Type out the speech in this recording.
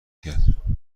کرد